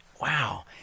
wow